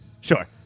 Sure